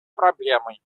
проблемой